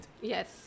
Yes